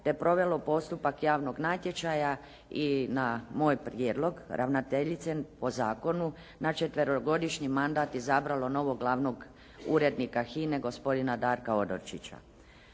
te provelo postupak javnog natječaja i na moj prijedlog ravnateljice po zakonu na četverogodišnji mandat izabralo novog glavnog urednika HINE gospodina Darka Odočića.